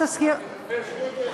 תזכיר לי?